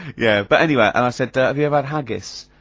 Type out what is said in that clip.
yeah. but anyway, and i said ah, have you ever had haggis?